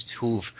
who've